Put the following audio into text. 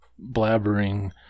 blabbering